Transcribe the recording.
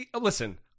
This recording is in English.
Listen